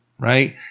Right